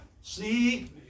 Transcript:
See